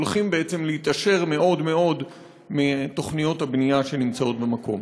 שהולכים בעצם להתעשר מאוד מאוד מתוכניות הבנייה שנמצאות במקום.